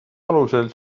alusel